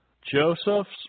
Joseph's